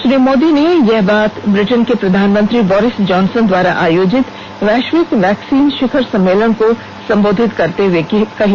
श्री मोदी ने यह बात ब्रिटेनके प्रधानमंत्री बोरिस जानसन द्वारा आयोजित वैश्विक वैक्सीन शिखर सम्मेलन को संबोधित करते हुए कही